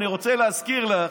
אני רוצה להזכיר לך,